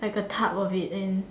like a tub of it and